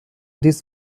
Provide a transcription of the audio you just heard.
this